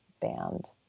band